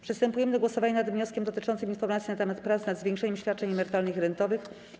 Przystępujemy do głosowania nad wnioskiem dotyczącym informacji na temat prac nad zwiększeniem świadczeń emerytalnych i rentowych.